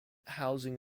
housing